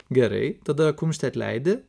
gerai tada kumštį atleidi